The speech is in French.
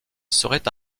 serait